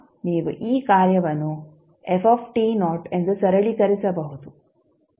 ಆದ್ದರಿಂದ ನೀವು ಈ ಕಾರ್ಯವನ್ನು ಎಂದು ಸರಳೀಕರಿಸಬಹುದು